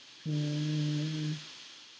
mm